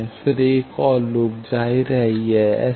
फिर एक और लूप जाहिर है यह S 22 Γ L है